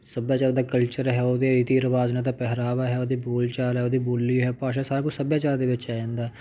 ਸੱਭਿਆਚਾਰ ਦਾ ਕਲਚਰ ਹੈ ਉਹਦੇ ਰੀਤੀ ਰਿਵਾਜ਼ ਉਹਨਾਂ ਦਾ ਪਹਿਰਾਵਾ ਹੈ ਉਹਦੀ ਬੋਲ ਚਾਲ ਹੈ ਉਹਦੀ ਬੋਲੀ ਹੈ ਭਾਸ਼ਾ ਸਾਰਾ ਕੁਛ ਸੱਭਿਆਚਾਰ ਦੇ ਵਿੱਚ ਆ ਜਾਂਦਾ